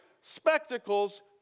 spectacles